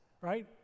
right